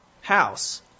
house